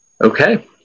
Okay